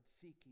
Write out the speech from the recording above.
seeking